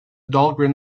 dahlgren